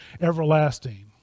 everlasting